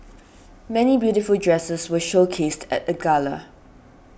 many beautiful dresses were showcased at the gala